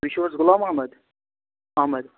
تۄہہِ چھِو حظ غلام محمد احمد